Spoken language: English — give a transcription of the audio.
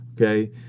Okay